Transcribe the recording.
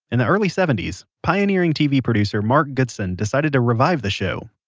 in the early seventy s, pioneering tv producer mark goodson decided to revive the show.